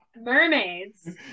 Mermaids